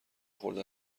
خورده